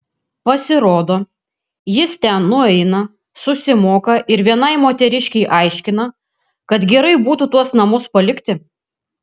pasirodo jis ten nueina susimoka ir vienai moteriškei aiškina kad gerai būtų tuos namus palikti